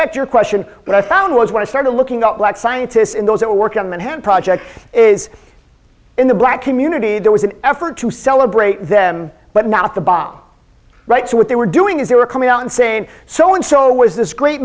back to your question what i found was when i started looking up black scientists in those that work on manhattan project is in the black community there was an effort to celebrate them but not the bomb right so what they were doing is they were coming out and saying so and so was this great